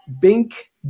Bink